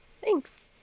Thanks